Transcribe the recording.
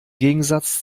gegensatz